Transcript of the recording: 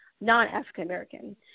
non-African-American